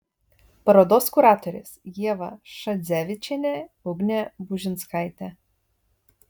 parodos kuratorės ieva šadzevičienė ugnė bužinskaitė